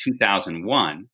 2001